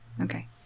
Okay